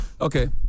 Okay